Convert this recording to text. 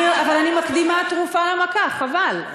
אבל אני מקדימה תרופה למכה, חבל.